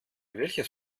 welches